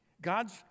God's